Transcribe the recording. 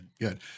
Good